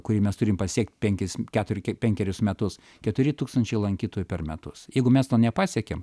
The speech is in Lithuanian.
kurį mes turim pasiekt penkis ketur k penkerius metus keturi tūkstančiai lankytojų per metus jeigu mes to nepasiekiam